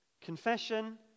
Confession